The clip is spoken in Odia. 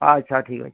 ଆଚ୍ଛା ଠିକ୍ ଅଛେ